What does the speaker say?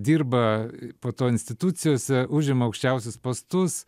dirba po to institucijose užima aukščiausius postus